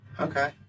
Okay